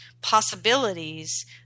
possibilities